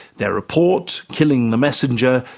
their report, killing the messenger,